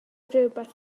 rywbeth